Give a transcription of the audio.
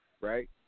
right